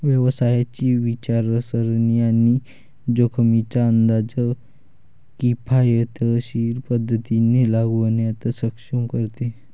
व्यवसायाची विचारसरणी आणि जोखमींचा अंदाज किफायतशीर पद्धतीने लावण्यास सक्षम करते